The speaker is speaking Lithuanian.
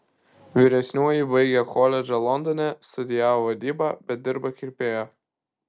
vyresnioji baigė koledžą londone studijavo vadybą bet dirba kirpėja